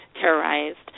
terrorized